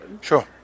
Sure